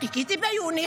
חיכיתי ביוני,